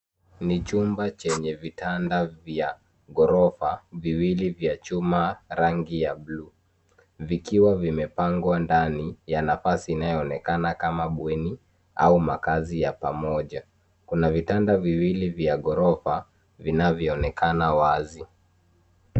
Ni chumba chenye vitanda vya ghorofa viwili vya chuma rangi ya buluu vikiwa vimepangwa ndani ya nafasi inayoonekana kama bweni au makazi ya pamoja. Kuna vitanda viwili vya ghorofa vinavyoonekana wazi.